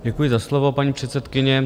Děkuji za slovo, paní předsedkyně.